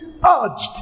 urged